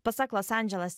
pasak los andželas